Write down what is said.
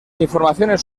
informaciones